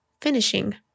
finishing